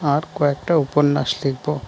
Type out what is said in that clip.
আর কয়েকটা উপন্যাস লিখবো